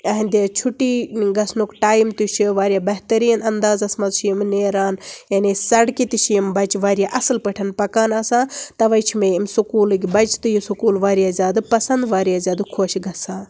اہندِ چھُٹی گژھنُک ٹایِم تہِ چھُ واریاہ بہتریٖن اندازم منٛز چھِ یِم نٮ۪ران یعنے سڑکہِ تہِ چھِ یِم بچہٕ واریاہ اصل پٲٹھۍ پکان آسان توے چھِ مےٚ امہِ سکولٕکۍ بچہٕ تہِ یہِ سکوٗل واریاہ واریاہ زیادٕ پسند واریاہ زیادٕ خۄش گژھان